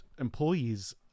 employees